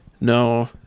No